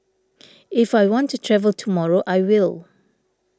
if I want to travel tomorrow I will